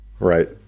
Right